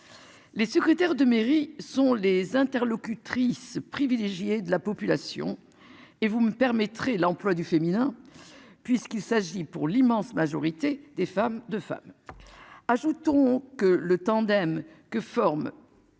Les secrétaires de mairie sont les interlocutrice privilégiée de la population et vous me permettrez l'emploi du féminin. Puisqu'il s'agit pour l'immense majorité des femmes, de femmes. Ajoutons que le tandem que forment.